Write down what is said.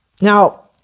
Now